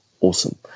awesome